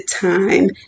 time